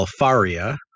Alfaria